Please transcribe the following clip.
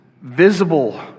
visible